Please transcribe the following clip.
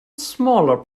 smaller